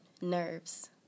nerves